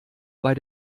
bei